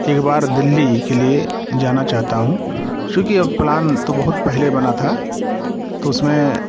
एक बार दिल्ली के लिए जाना चाहता हूँ क्योंकि प्लान तो बहुत पहले बना था तो उसमें